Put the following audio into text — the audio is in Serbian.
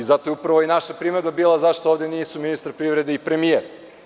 Zato je uprava naša primedba bila – zašto ovde nisu ministar privrede i premijer?